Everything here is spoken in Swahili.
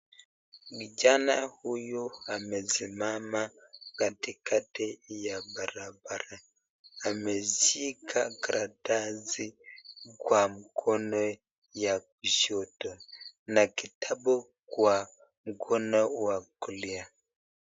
Kijana huyu amesimama katikati ya barabara ameshika karatasi kwa mkono yake ya kushoto na kitabu kwa mkono wa kulia.